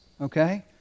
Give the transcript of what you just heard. okay